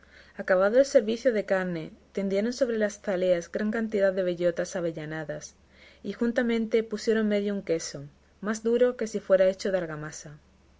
acabado el servicio de carne tendieron sobre las zaleas gran cantidad de bellotas avellanadas y juntamente pusieron un medio queso más duro que si fuera hecho de argamasa